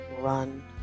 run